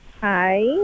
Hi